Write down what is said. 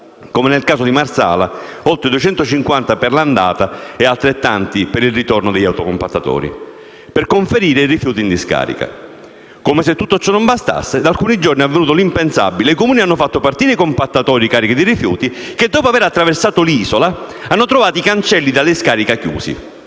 (come nel caso di Marsala: oltre 250 chilometri per l’andata e altrettanti per il ritorno degli autocompattatori) per conferire i rifiuti in discarica. Come se tutto ciò non bastasse, da alcuni giorni è avvenuto l’impensabile: i Comuni hanno fatto partire i compattatori carichi di rifiuti che, dopo aver attraversato l’sola, hanno trovato i cancelli della discarica chiusi